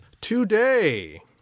today